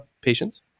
patients